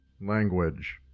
Language